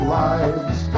lives